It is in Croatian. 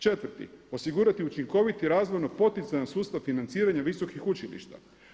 Četvrti, osigurati učinkoviti razvojno poticajan sustav financiranja visokih učilišta.